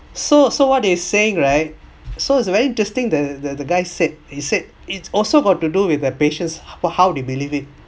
so so what they saying right so it's very interesting the the guy said he said it's also got to do with their patients how they believe it